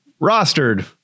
rostered